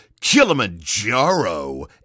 Kilimanjaro